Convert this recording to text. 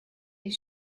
his